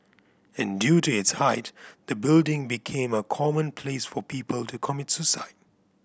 and due to its height the building became a common place for people to commit suicide